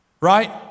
Right